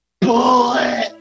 Bullet